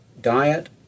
diet